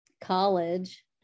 college